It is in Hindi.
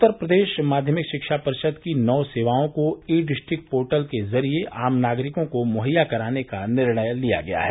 उत्तर प्रदेश माध्यमिक शिक्षा परिषद की नौ सेवाओं को ई डिस्ट्रिक्ट पोर्टल के ज़रिये आम नागरिकों को मुहैया कराने का निर्णय लिया गया है